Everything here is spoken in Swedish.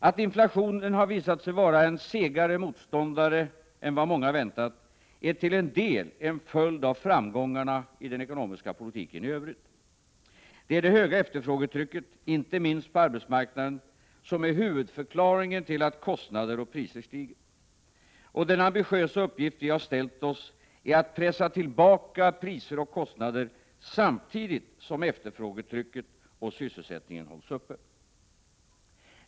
Att inflationen har visat sig vara en segare motståndare än vad många väntat är till en del en följd av framgångarna i den ekonomiska politiken i övrigt. Det är det höga efterfrågetrycket, inte minst på arbetsmarknaden, som är huvudförklaringen till att kostnader och priser stiger. Och den ambitiösa uppgift som vi har åtagit oss är att pressa tillbaka priser och kostnader samtidigt som efterfrågetrycket och sysselsättningen hålls uppe.